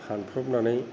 फानफ्रबनानै